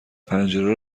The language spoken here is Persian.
پنجره